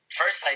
first